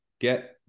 get